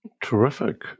Terrific